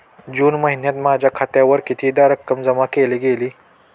जून महिन्यात माझ्या खात्यावर कितीदा रक्कम जमा केली गेली?